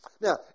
Now